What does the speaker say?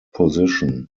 position